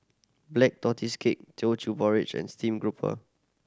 Black Tortoise Cake Teochew Porridge and steamed grouper